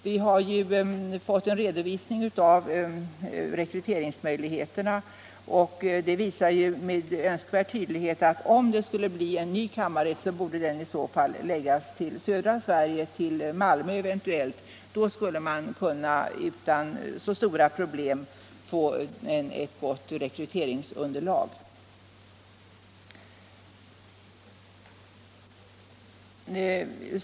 Vi har fått en redovisning av rekryteringsmöjligheterna, och den visar med all önskvärd tydlighet att om det skulle bli en ny kammarrätt borde den förläggas till sydligaste Sverige, eventuellt till Malmö. Då skulle man utan större problem kunna få ett gott rekryteringsunderlag.